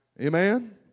Amen